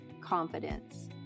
confidence